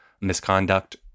misconduct